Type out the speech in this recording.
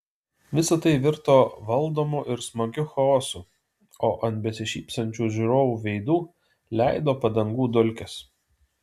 visa tai virto valdomu ir smagiu chaosu o ant besišypsančių žiūrovų veidų leido padangų dulkes